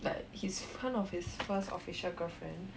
but he's kind of his first official girlfriend